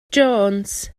jones